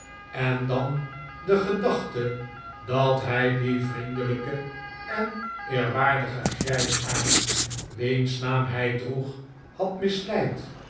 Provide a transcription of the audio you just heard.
en dan de gedachte dat hij dien vriendelijken en eerwaardigen grijsaard wiens naam hij droeg had misleid